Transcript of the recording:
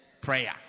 prayer